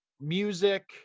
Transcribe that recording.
music